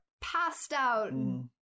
passed-out